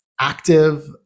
active